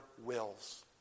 wills